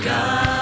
God